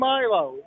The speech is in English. Milo